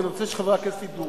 ואני רוצה שחברי הכנסת ידעו.